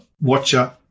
watcher